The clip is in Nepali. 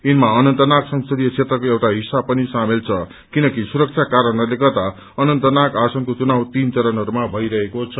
यिनमा अनन्तनाग संसदीय क्षेत्रको एउटा हिस्सा पनि सामेल छ किनकि सुरक्षा कारणहरूले गर्दा अनन्तनाग आसनको चुनाव तीन चरणहरूमा भइरहेको छ